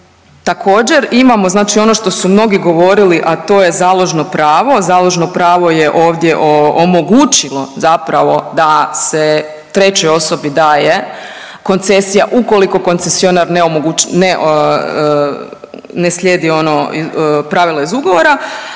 Također, imamo znači ono što su mnogi govorili, a to je založno pravo. Založno pravo je ovdje o omogućilo zapravo da se trećoj osobi daje koncesija ukoliko koncesionar ne .../nerazumljivo/...